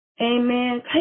Amen